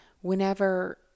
whenever –